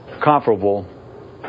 comparable